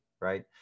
right